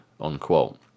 unquote